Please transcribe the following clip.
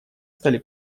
стали